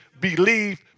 believe